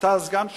אתה הסגן שלי,